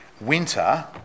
winter